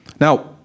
Now